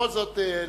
בכל זאת,